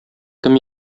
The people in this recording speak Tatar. кем